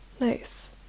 Nice